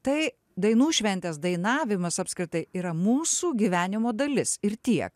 tai dainų šventės dainavimas apskritai yra mūsų gyvenimo dalis ir tiek